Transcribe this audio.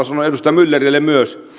sanoa ja edustaja myllerille myös eli